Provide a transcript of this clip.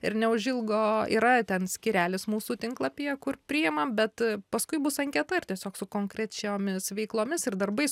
ir neužilgo yra ten skyrelis mūsų tinklapyje kur priima bet paskui bus anketa ir tiesiog su konkrečiomis veiklomis ir darbais